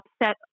upset